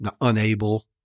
unable